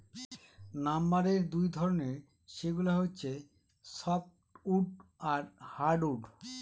লাম্বারের দুই ধরনের, সেগুলা হচ্ছে সফ্টউড আর হার্ডউড